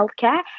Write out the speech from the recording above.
healthcare